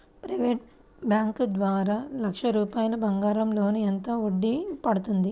Private bank ద్వారా లక్ష రూపాయలు బంగారం లోన్ ఎంత వడ్డీ పడుతుంది?